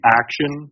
action